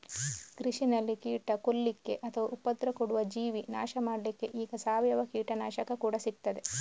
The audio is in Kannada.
ಕೃಷಿನಲ್ಲಿ ಕೀಟ ಕೊಲ್ಲಿಕ್ಕೆ ಅಥವಾ ಉಪದ್ರ ಕೊಡುವ ಜೀವಿ ನಾಶ ಮಾಡ್ಲಿಕ್ಕೆ ಈಗ ಸಾವಯವ ಕೀಟನಾಶಕ ಕೂಡಾ ಸಿಗ್ತದೆ